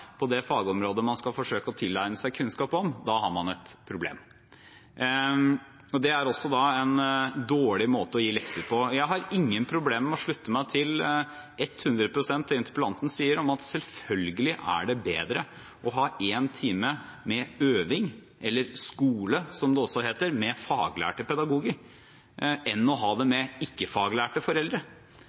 på det fagområdet man skal forsøke å tilegne seg kunnskap om, da har man et problem. Og det er også da en dårlig måte å gi lekser på. Jeg har ingen problemer med å slutte meg hundre prosent til det interpellanten sier om at det selvfølgelig er bedre å ha en time med øving – eller skole, som det også heter – med faglærte pedagoger enn å ha det med ikke-faglærte foreldre.